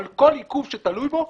אבל כל עיכוב שתלוי בו,